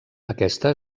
aquesta